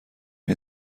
این